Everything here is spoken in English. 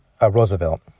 Roosevelt